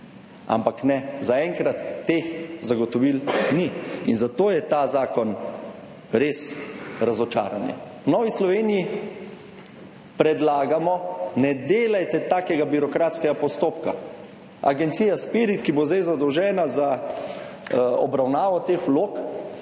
Ampak ne, zaenkrat teh zagotovil ni in zato je ta zakon res razočaranje. V Novi Sloveniji predlagamo, ne delajte takega birokratskega postopka. Agencija Spirit, ki bo zdaj zadolžena za obravnavo teh vlog